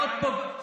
מאוד פוגעני?